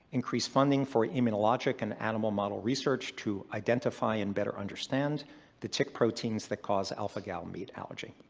increase funding for immunologic and animal model research to identify and better understand the tick proteins that cause alpha-gal meat allergy.